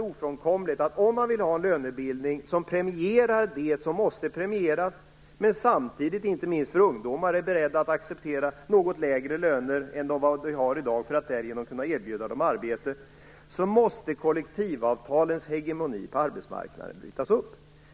Om man vill ha en lönebildning som premierar det som bör premieras och samtidigt är beredd att acceptera något lägre löner än dem som vi har i dag för att därmed kunna erbjuda ungdomar arbete är det nog alldeles ofrånkomligt att kollektivavtalens hegemoni på arbetsmarknaden bryts upp.